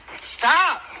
Stop